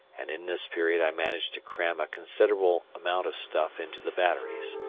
and in this period i managed to cram a considerable amount of stuff into the batteries.